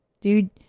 Dude